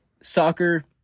soccer